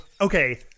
okay